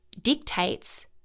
dictates